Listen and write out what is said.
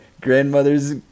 grandmother's